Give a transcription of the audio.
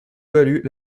valut